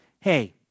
hey